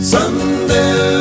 Someday